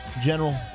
general